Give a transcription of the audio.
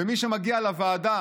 מי שמגיע לוועדה